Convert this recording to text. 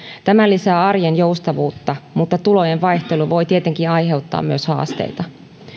tämä lisää arjen joustavuutta mutta tulojen vaihtelu voi tietenkin aiheuttaa myös haasteita